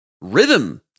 rhythm